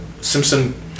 Simpson